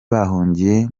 bahungiye